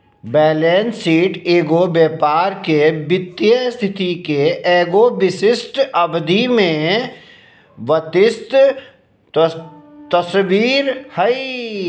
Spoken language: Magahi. बैलेंस शीट एगो व्यापार के वित्तीय स्थिति के एगो विशिष्ट अवधि में त्वरित तस्वीर हइ